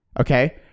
Okay